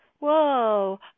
Whoa